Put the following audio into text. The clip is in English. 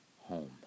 home